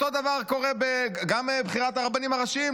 אותו דבר קורה גם בבחירת הרבנים הראשיים,